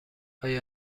آیا